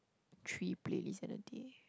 three playlist at a day